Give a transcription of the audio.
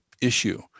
issue